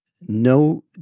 no